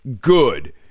good